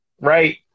right